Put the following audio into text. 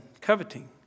Coveting